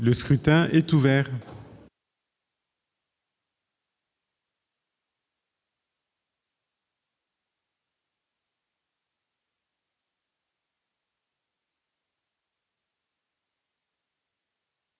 Le scrutin est ouvert.